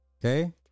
Okay